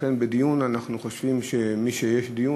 לכן אנחנו חושבים שמשיש דיון,